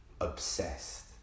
obsessed